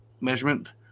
measurement